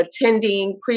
attending